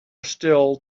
still